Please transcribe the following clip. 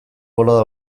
bolada